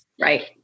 Right